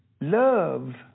love